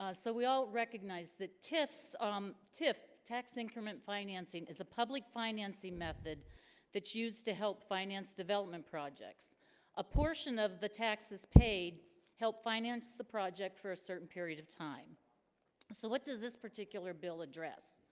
ah so we all recognize that tiff's um tif tax increment financing is a public financing method that's used to help finance development projects a portion of the taxes paid help finance the project for a certain period of time so what does this particular bill address?